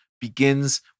begins